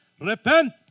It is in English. Repent